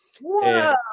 Whoa